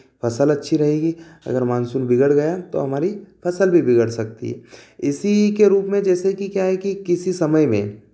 फ़सल अच्छी रहेगी अगर मानसून बिगड़ गया तो हमारी फ़सल भी बिगड़ सकती इसी के रूप में जैसे कि क्या है कि किसी समय में